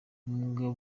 umugaba